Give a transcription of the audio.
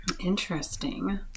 Interesting